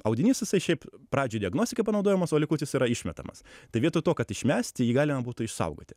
audinys jisai šiaip pradžiai diagnostikai panaudojamas o likutis yra išmetamas tai vietoj to kad išmesti jį galima būtų išsaugoti